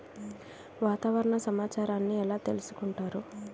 వాతావరణ సమాచారాన్ని ఎలా తెలుసుకుంటారు?